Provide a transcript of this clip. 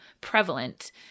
prevalent